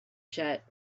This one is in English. jet